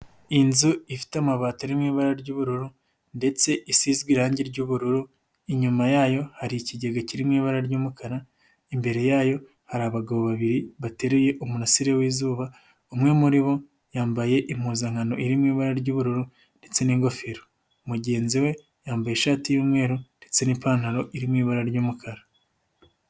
Inzu ifite amabati ari mu ibara ry'ubururu ndetse isizwe irangi ry'ubururu, inyuma yayo hari ikigega kiri mu ibara ry'umukara, imbere yayo hari abagabo babiri bateruye umurasire w'izuba umwe muri bo yambaye impuzankano iri mu ibara ry'ubururu ndetse n'ingofero, mugenzi we yambaye ishati y'umweru ndetse n'ipantaro iri mu ibara ry'umukara.